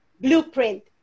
blueprint